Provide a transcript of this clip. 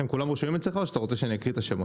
הם כולם רשומים אצלך או שאתה רוצה שאני אקריא את השמות?